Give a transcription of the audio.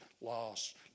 lost